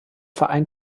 verein